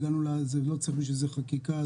ולא צריך בשביל זה חקיקה,